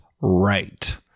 right